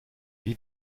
wie